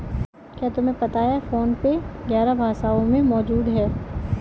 क्या तुम्हें पता है फोन पे ग्यारह भाषाओं में मौजूद है?